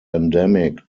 endemic